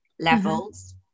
levels